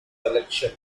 collection